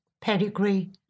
pedigree